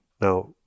Now